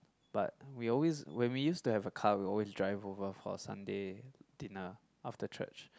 but we always when we used to have a car we always drive over for Sunday dinner after church